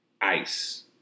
Ice